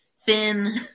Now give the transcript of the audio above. thin